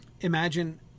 Imagine